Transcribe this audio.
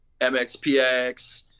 MXPX